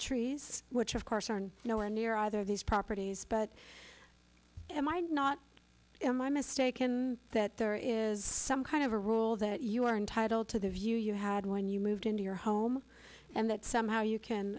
trees which of course are you know a near either these properties but am i not am i mistaken that there is some kind of a rule that you are entitled to the view you had when you moved into your home and that somehow you can